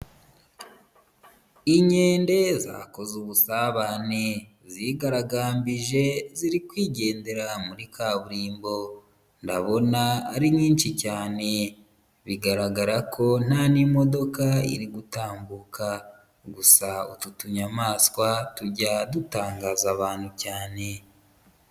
Inkende zakoze ubusabane zigaragambije zirikwigendera muri kaburimbo, ndabona ari nyinshi cyane bigaragara ko nta n'imodoka iri gutambuka gusa utu tunyamaswa tujya dutangaza abantu cyane.